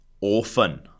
Orphan